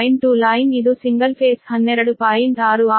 Line line ಇದು single phase 12